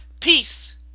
Peace